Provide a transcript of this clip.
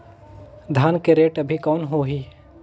धान के रेट अभी कौन होही?